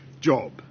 job